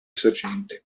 sorgente